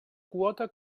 quota